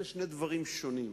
אלה שני דברים שונים.